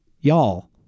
y'all